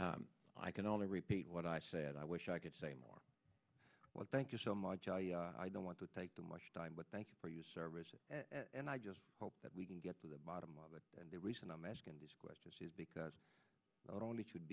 command i can only repeat what i said i wish i could say more what thank you so much i don't want to take the much time but thank you for your service and i just hope that we can get to the bottom of it and the reason i'm asking these questions is because not only could